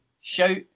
shout